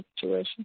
situation